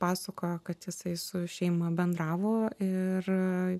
pasakojo kad jisai su šeima bendravo ir